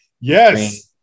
Yes